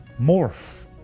morph